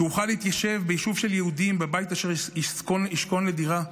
"שאוכל להתיישב ביישוב של יהודים בבית אשר יסכון לדירה".